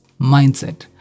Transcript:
mindset